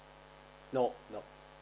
no nope